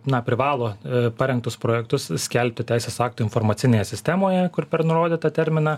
na privalo parengtus projektus skelbti teisės aktų informacinėje sistemoje kur per nurodytą terminą